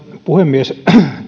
puhemies